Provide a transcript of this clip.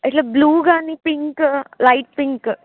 ఇట్లా బ్లూ కానీ pink light pink